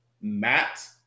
Matt